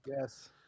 Yes